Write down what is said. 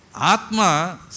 Atma